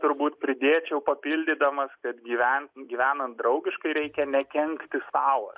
turbūt pridėčiau papildydamas kad gyvent gyvenant draugiškai reikia nekenkti sau